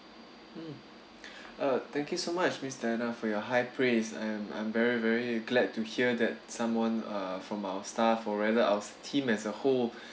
mm uh thank you so much miss diana for your high praise and I'm very very glad to hear that someone uh from our staff or rather our team as a whole